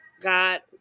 God